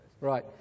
Right